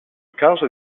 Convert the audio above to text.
causa